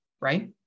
Right